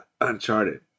uncharted